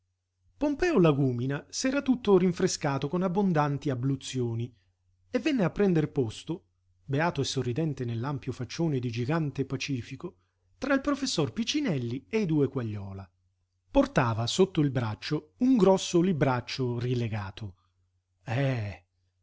pompeo lagúmina s'era tutto rinfrescato con abbondanti abluzioni e venne a prender posto beato e sorridente nell'ampio faccione di gigante pacifico tra il professor picinelli e i due quagliola portava sotto il braccio un grosso libraccio rilegato eh